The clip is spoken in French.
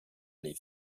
les